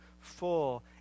full